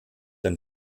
ein